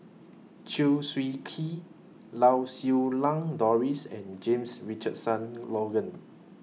Chew Swee Kee Lau Siew Lang Doris and James Richardson Logan